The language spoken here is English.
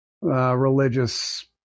religious